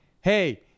hey